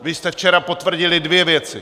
Vy jste včera potvrdili dvě věci.